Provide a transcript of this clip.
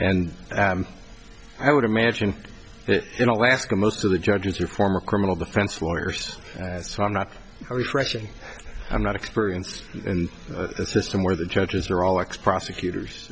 and i would imagine in alaska most of the judges your former criminal defense lawyers and so i'm not refreshing i'm not experienced in a system where the judges are all ex prosecutors